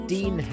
Dean